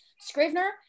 Scrivener